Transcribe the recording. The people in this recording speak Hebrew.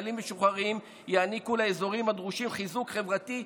החיילים המשוחררים יעניקו לאזורים הדרושים חיזוק חברתי,